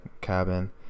cabin